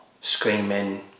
screaming